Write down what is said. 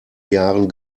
jahren